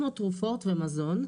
כמו תרופות ומזון,